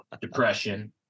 depression